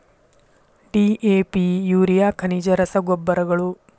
DAP urea ಖನಿಜ ರಸಗೊಬ್ಬರಗಳು